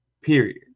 Period